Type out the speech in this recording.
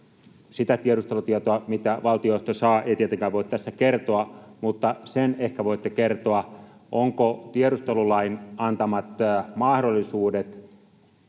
Sitä tiedustelutietoa, mitä valtiojohto saa, ei tietenkään voi tässä kertoa, mutta sen ehkä voitte kertoa, ovatko tiedustelulain antamat mahdollisuudet